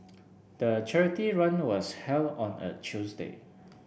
the charity run was held on a Tuesday